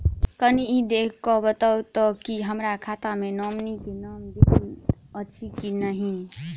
कनि ई देख कऽ बताऊ तऽ की हमरा खाता मे नॉमनी केँ नाम देल अछि की नहि?